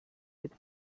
with